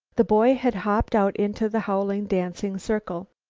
the boy had hopped out into the howling, dancing circle.